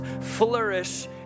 flourish